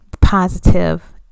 positive